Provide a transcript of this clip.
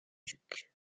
duc